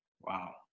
Wow